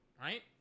right